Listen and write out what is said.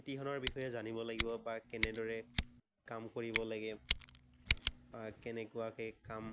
খেতিখনৰ বিষয়ে জানিব লাগিব বা কেনেদৰে কাম কৰিব লাগে বা কেনেকুৱাকৈ কাম